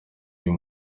uyu